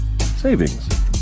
Savings